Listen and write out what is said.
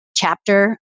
chapter